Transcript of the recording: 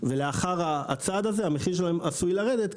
לאחר הצעד הזה המחיר עשוי לרדת.